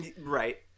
Right